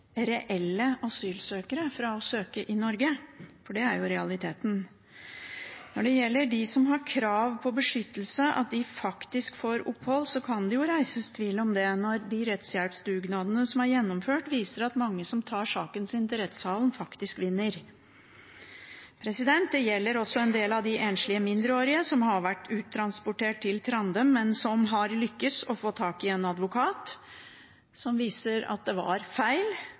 reelle asylsøkere fra å søke i Norge. Det er realiteten. Når det gjelder at de som har krav på beskyttelse, faktisk får opphold, kan det reises tvil om det når de rettshjelpsdugnadene som er gjennomført, viser at mange som tar saken sin til rettssalen, faktisk vinner. Det gjelder også en del av de enslige mindreårige som har vært uttransportert til Trandum, men som har lykkes i å få tak i en advokat som viser at det var feil,